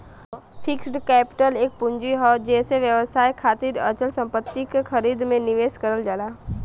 fixed capital एक पूंजी हौ जेसे व्यवसाय खातिर अचल संपत्ति क खरीद में निवेश करल जाला